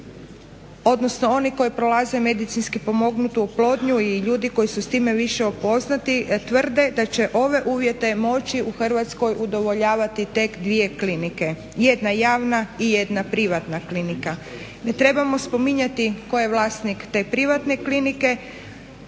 odnosno oni koji prolaze medicinski pomognutu oplodnju i ljudi koji su s time više upoznati tvrde da će ove uvjete moću u Hrvatskoj udovoljavati tek dvije klinike, jedna javna i jedna privatna klinika. Ne trebamo spominjati tko je vlasnik te privatne klinike.